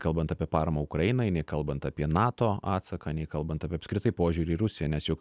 kalbant apie paramą ukrainai nei kalbant apie nato atsaką nei kalbant apie apskritai požiūrį į rusiją nes juk